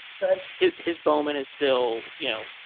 but his his bowman is still, you know,